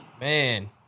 Man